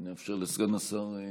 ונאפשר לסגן השר.